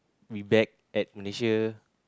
we back at Malaysia